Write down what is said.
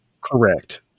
Correct